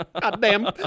Goddamn